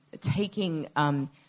taking